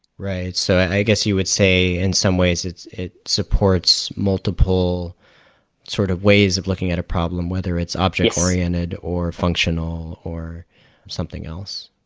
right. so i guess you would say in some ways, it's supports multiple sort of ways of looking at a problem, whether it's object oriented or functional or something else.